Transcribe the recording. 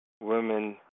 women